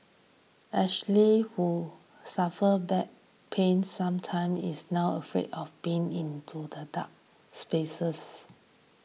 Ashley who suffers back pains sometimes is now afraid of being into the dark spaces